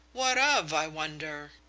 what of, i wonder?